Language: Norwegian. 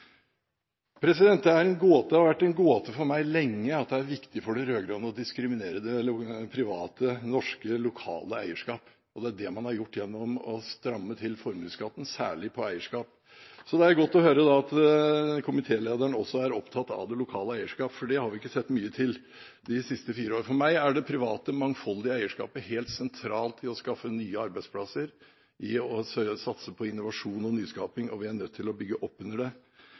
har lenge vært, en gåte for meg hvorfor det er viktig for de rød-grønne å diskriminere det private norske lokale eierskap. Det er det man har gjort gjennom å stramme til formuesskatten, særlig på eierskap. Så det er godt å høre at komitélederen også er opptatt av det lokale eierskap, for det har vi ikke sett mye til de siste fire år. For meg er det private, mangfoldige eierskapet helt sentralt i å skaffe nye arbeidsplasser og satse på innovasjon og nyskaping, og vi er nødt til å bygge opp under det.